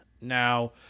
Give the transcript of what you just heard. Now